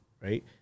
right